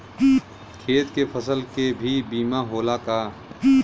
खेत के फसल के भी बीमा होला का?